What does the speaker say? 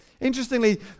Interestingly